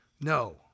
No